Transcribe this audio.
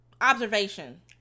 observation